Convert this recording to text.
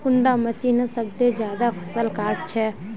कुंडा मशीनोत सबसे ज्यादा फसल काट छै?